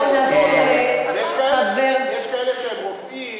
בואו נאפשר לחבר, יש כאלה שהם רופאים,